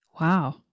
Wow